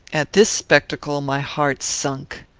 at this spectacle my heart sunk.